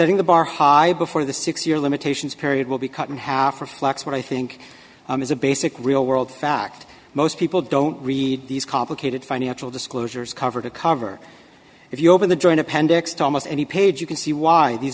setting the bar high before the six year limitations period will be cut in half reflects what i think is a basic real world fact most people don't read these complicated financial disclosures cover to cover if you open the joint appendix to almost any page you can see why these